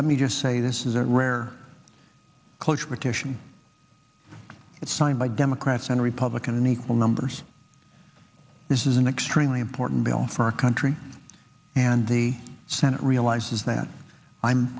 let me just say this is a rare cloture titian it's signed by democrats and republicans an equal numbers this is an extremely important bill for our country and the senate realizes that i'm